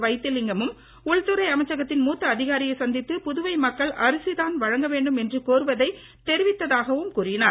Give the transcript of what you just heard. வைத்திலிங்கமும் உள்துறை அமைச்சகத்தின் மூத்த அதிகாரியை சந்தித்து புதுவை மக்கள் அரிசி தான் வழங்க வேண்டும் என்று கோருவதை தெரிவித்ததாகவும் கூறினார்